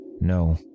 No